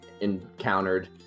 encountered